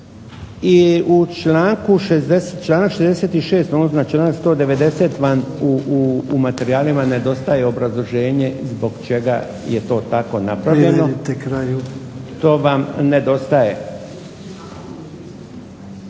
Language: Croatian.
I u članku 66. odnosno članak 190. vam u materijalima nedostaje obrazloženje zbog čega je to tako napravljeno. .../Upadica